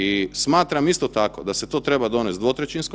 I smatram isto tako da se to treba donesti 2/